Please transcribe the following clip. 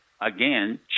again